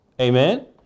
Amen